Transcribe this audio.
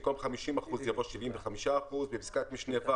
במקום "50%" יבוא "75%" ; בפסקת משנה (ה),